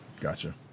Gotcha